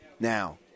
Now